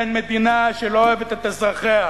בין מדינה שלא אוהבת את אזרחיה,